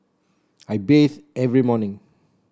I bathe every morning